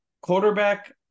Quarterback